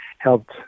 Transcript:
helped